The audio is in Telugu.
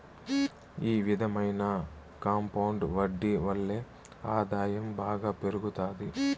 ఈ విధమైన కాంపౌండ్ వడ్డీ వల్లే ఆదాయం బాగా పెరుగుతాది